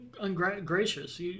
ungracious